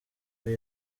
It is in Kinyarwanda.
nawe